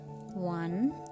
one